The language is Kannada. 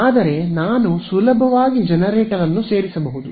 ಆದರೆ ನಾನು ಸುಲಭವಾಗಿ ಜನರೇಟರ್ ಅನ್ನು ಸೇರಿಸಬಹುದು